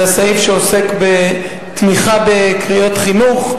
זה סעיף שעוסק בתמיכה בקריות חינוך.